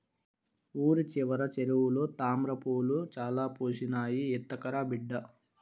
ఊరి చివర చెరువులో తామ్రపూలు చాలా పూసినాయి, ఎత్తకరా బిడ్డా